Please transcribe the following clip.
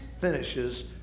finishes